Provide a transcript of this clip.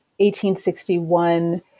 1861